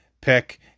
pick